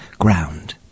ground